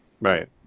Right